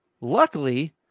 Luckily